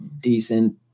decent